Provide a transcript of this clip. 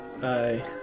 Bye